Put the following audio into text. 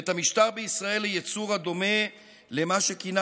ואת המשטר בישראל ליצור הדומה למה שכינה